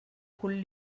cul